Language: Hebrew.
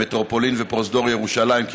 מטרופולין ופרוזדור ירושלים,